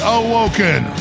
awoken